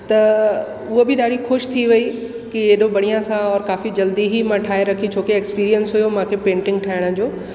त उहो बि ॾाढी ख़ुशि थी वेई कि हेॾो बढ़िया सां और काफ़ी जल्दी ई मां ठाहे रखी छो कि एक्सपीरियंस हुओ मांखे पेंटिंग ठाहिण जो